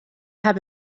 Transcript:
had